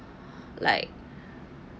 like